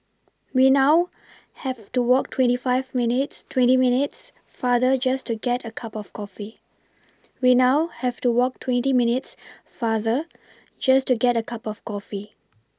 we now have to walk twenty five minutes twenty minutes farther just to get a cup of coffee we now have to walk twenty minutes farther just to get a cup of coffee